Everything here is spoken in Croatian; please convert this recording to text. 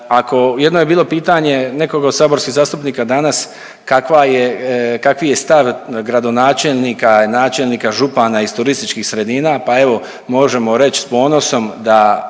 jedno je bilo pitanje nekoga od saborskih zastupnika danas kakva je, kakvi je stav gradonačelnika, načelnika i župana iz turističkih sredina? Pa evo možemo reć s ponosom da